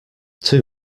too